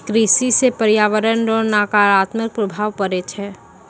कृषि से प्रर्यावरण रो नकारात्मक प्रभाव पड़ै छै